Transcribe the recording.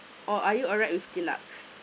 or are you alright with deluxe